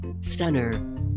Stunner